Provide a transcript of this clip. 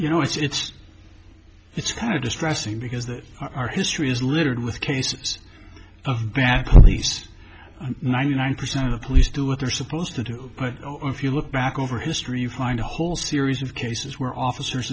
you know it's it's kind of distressing because that our history is littered with cases of bad police ninety nine percent of police do what they're supposed to do if you look back over history you find a whole series of cases where officers